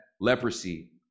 leprosy